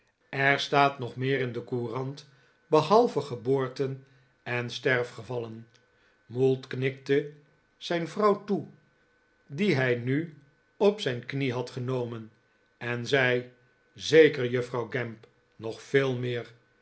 er staat nog meer in de juffrouw gamp komt met een verzoek courant behalve geboorten en sterfgeyallen mould knikte zijn vrouw toe die hij nu op zijn knie had genomen en zei zeker f juffrouw gamp nog veel meer